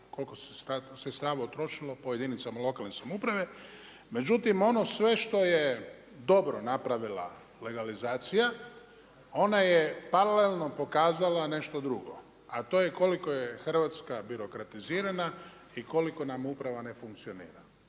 koliko se sredstava utrošilo po jedinicama lokalne samouprave, međutim ono sve što je dobro napravila legalizacija, ona je paralelno pokazala nešto drugo, a to je koliko je Hrvatska birokratizirana i koliko nam uprava ne funkcionira.